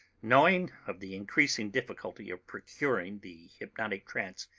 knowing of the increasing difficulty of procuring the hypnotic trance,